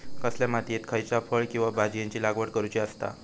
कसल्या मातीयेत खयच्या फळ किंवा भाजीयेंची लागवड करुची असता?